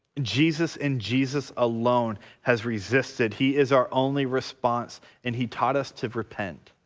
jesus and jesus alone has resisted he is our only response and he taught us to repent.